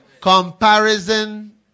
comparison